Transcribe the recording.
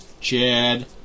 Chad